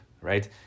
right